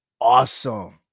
awesome